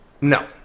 No